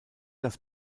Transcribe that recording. das